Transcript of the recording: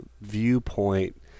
viewpoint